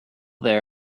there